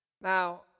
Now